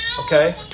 Okay